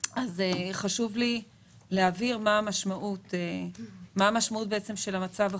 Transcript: אז חשוב לי להבהיר מה המשמעות של המצב החוקי.